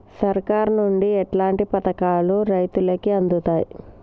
సర్కారు నుండి ఎట్లాంటి పథకాలు రైతులకి అందుతయ్?